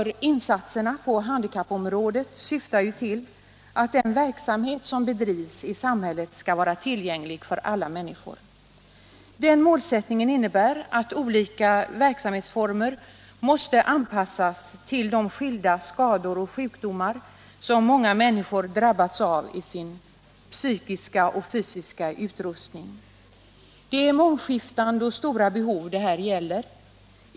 Insatserna på handikappområdet syftar ju till att den verksamhet som bedrivs i samhället skall vara tillgänglig för alla människor. Den målsättningen innebär att olika verksamhetsformer måste anpassas till de skilda skador och sjukdomar som många människor drabbats av i sin psykiska och fysiska utrustning. Det är mångskiftande och stora behov det här gäller.